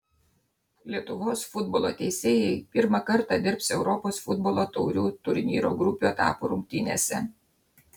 lietuvos futbolo teisėjai pirmą kartą dirbs europos futbolo taurių turnyro grupių etapo rungtynėse